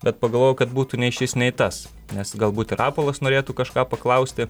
bet pagalvojau kad būtų nei šis nei tas nes galbūt ir rapolas norėtų kažką paklausti